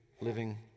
Living